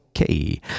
Okay